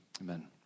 Amen